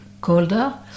colder